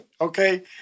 Okay